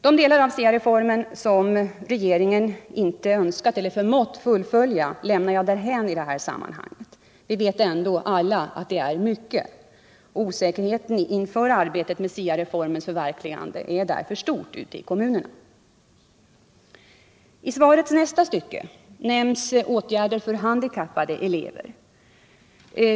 De delar av SIA-reformen som regeringen inte önskat eller förmått fullfölja lämnar jag därhän i detta sammanhang. Vi vet ändå att det är mycket. Osäkerheten inför arbetet med SIA-reformens förverkligande är därför stor ute i kommunerna. I svarets nästa stycke nämns åtgärder för handikappade elever.